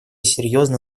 серьезно